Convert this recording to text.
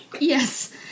Yes